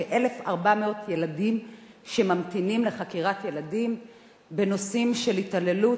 כ-1,400 ילדים ממתינים לחקירת ילדים בנושא של התעללות,